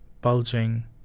bulging